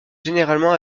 généralement